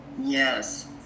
Yes